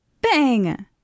bang